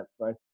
right